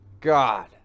God